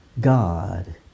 God